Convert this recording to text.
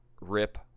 rip